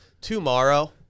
Tomorrow